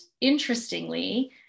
interestingly